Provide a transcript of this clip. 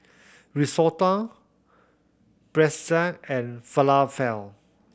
Risotto Pretzel and Falafel